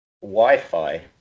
Wi-Fi